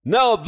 Now